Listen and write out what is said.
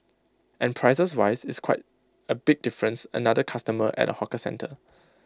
and prices wise it's quite A big difference another customer at A hawker centre